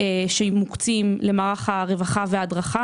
יש החלטת ממשלה שמסתיימת באוקטובר?